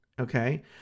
okay